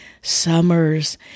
summers